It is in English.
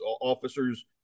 officers